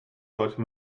sollte